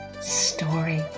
Story